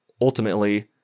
ultimately